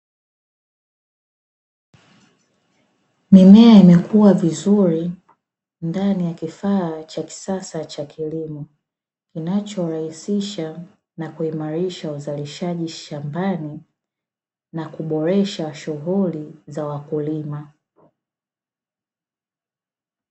Mimea imekua vizuri ndani ya kifaa cha kisasa cha kilimo, kinachorahisisha na kuimarisha uzalishaji shambani na kuboresha shughuli za wakulima.